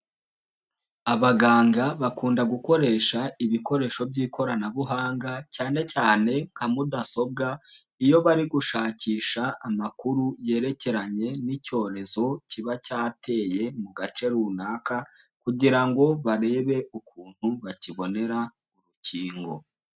Abaganga bakunda gukoresha ibikoresho by'ikoranabuhanga cyane cyane nka mudasobwa, iyo bari gushakisha amakuru yerekeranye n'icyorezo kiba cyateye mu gace runaka kugira ngo barebe ukuntu bakibonera urukingo.